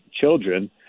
children